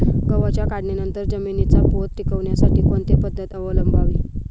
गव्हाच्या काढणीनंतर जमिनीचा पोत टिकवण्यासाठी कोणती पद्धत अवलंबवावी?